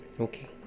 Okay